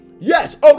Yes